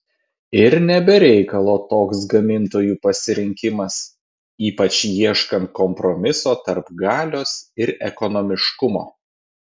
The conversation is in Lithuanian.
ir ne be reikalo toks gamintojų pasirinkimas ypač ieškant kompromiso tarp galios ir ekonomiškumo